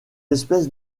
espèces